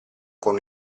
con